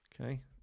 Okay